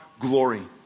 glory